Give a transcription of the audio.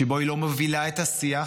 שבו היא לא מובילה את השיח,